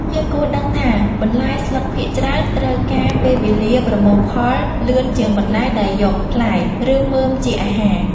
យើងគួរដឹងថាបន្លែស្លឹកភាគច្រើនត្រូវការពេលវេលាប្រមូលផលលឿនជាងបន្លែដែលយកផ្លែ ឬមើមជាអាហារ។